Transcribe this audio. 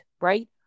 right